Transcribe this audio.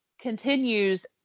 continues